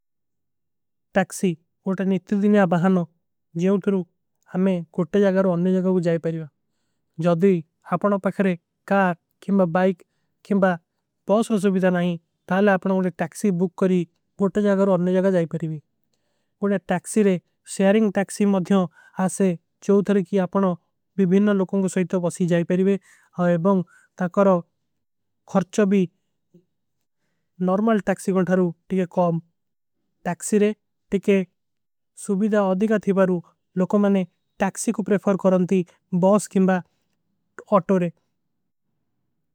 ଟାକ୍ସୀ ଉନକା ନିତ୍ର ଦିନ୍ଯା ବହାନ ଜିଯୋଂ ଥୋଡୀ ହମେଂ କୋଟେ ଜାଗା। ଔର ଅନ୍ଯ ଜଗା କୋ ଜାଈ ପଡୀବା ଜଦୀ ଆପନା ପକରେ କାର ଖିମବା। ବାଇକ ଖିମବା ବାସର ସୁଭୀଦା ନହୀଂ ତାଲା ଆପନା ଉନକା ଟାକ୍ସୀ। ବୁକ କରୀ କୋଟେ ଜଗା ଔର ଅନ୍ଯ ଜଗା ଜାଈ ପଡୀବୀ କୋଟେ ଟାକ୍ସୀରେ। ଶେରିଂଗ ଟାକ୍ସୀ ମଧ୍ଯାଂ ଆପନା ବିବୀନା ଲୋଗୋଂ କୋ ସୋଈଥା ପସୀ ଜାଈ। ପଡୀବେ ଅବଂ ତାକର ଖର୍ଚଵୀ ନର୍ମଲ ଟାକ୍ସୀ ଗଂଧାରୂ। ଟୀକେ କମ ଟାକ୍ସୀରେ ଟୀକେ ସୁଭୀଦା ଅଧିଗା। ଥୀବାରୂ ଲୋଗୋଂ ମନେ ଟାକ୍ସୀ କୋ ପ୍ରେଫର କରଂତୀ ବାସ। କିମ ଟାକ୍ସୀରେ ଟୀକେ ସୁଭୀଦା ଓଟୋରେ।